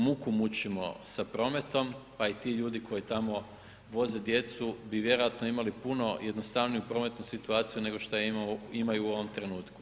Muku mučimo sa prometom, pa i ti ljudi koji tamo voze djecu bi vjerojatno imali puno jednostavniju prometnu situaciju nego što je imaju u ovom trenutku.